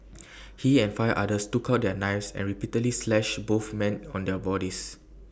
he and five others took out their knives and repeatedly slashed both man on their bodies